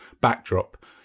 backdrop